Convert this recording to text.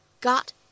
got